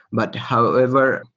but however,